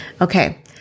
Okay